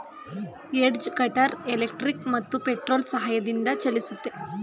edge cutter electric ಮತ್ತು petrol ಸಹಾಯದಿಂದ ಚಲಿಸುತ್ತೆ